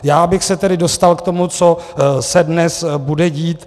Já bych se tedy dostal k tomu, co se dnes bude dít.